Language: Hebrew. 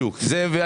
אני